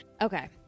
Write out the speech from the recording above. Okay